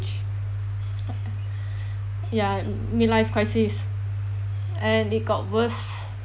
ya mid life crisis and they got worse